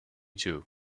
too